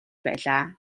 байлаа